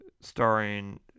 starring